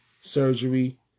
surgery